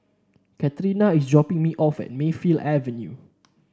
Katerina is dropping me off at Mayfield Avenue